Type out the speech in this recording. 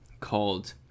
called